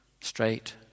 Straight